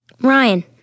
Ryan